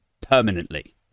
permanently